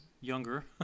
younger